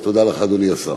אז תודה לך, אדוני השר.